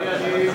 אדוני,